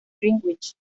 greenwich